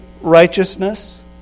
righteousness